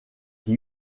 qui